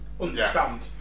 understand